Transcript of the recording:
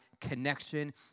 connection